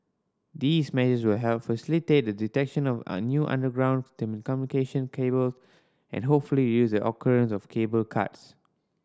these measures will help facilitate the detection of new underground telecommunication cable and hopefully reduce the occurrence of cable cuts